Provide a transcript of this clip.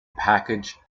packaged